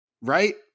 right